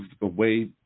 away